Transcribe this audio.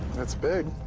that's big.